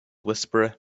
whisperer